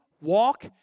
walk